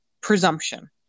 presumption